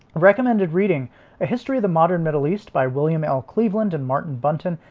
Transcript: recommended reading a history of the modern middle east by william l cleveland and martin bunton.